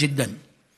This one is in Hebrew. ארוך מאוד.